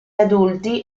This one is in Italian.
adulti